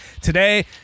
today